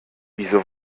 wieso